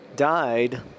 died